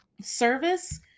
service